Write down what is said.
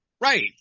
Right